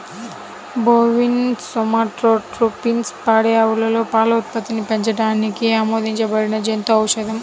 bovine somatotropin పాడి ఆవులలో పాల ఉత్పత్తిని పెంచడానికి ఆమోదించబడిన జంతు ఔషధం